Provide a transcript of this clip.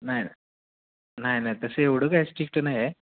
नाही नाही नाही तसं एवढं काय स्ट्रिक नाही आहे